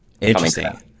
Interesting